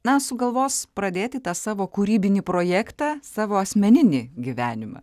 na sugalvos pradėti tą savo kūrybinį projektą savo asmeninį gyvenimą